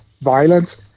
violence